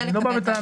אני לא בא בטענות.